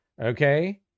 Okay